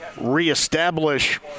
reestablish